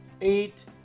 eight